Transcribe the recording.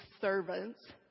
servants